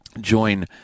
join